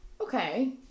Okay